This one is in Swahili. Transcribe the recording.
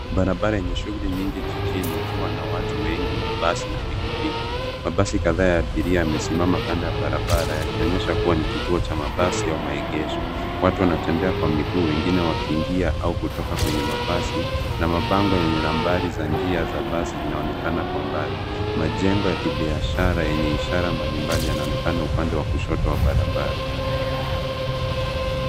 Barabara yenye shughuli nyingi jijini ikiwa na watu wengi, mabasi na pikipiki. Mabasi kadhaa ya abiria yamesimama kando ya barabara yakionyesha kuwa ni kituo cha mabasi au maegesho. Watu wanatembea kwa miguu wengine wakiingia au kutoka kwenye mabasi na mabango yenye nambari za njia za basi zinaonekana kwa mbali. Majengo ya kibiashara yenye ishara mbalimbali yanaonekana upande wa kushoto wa barabara.